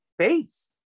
space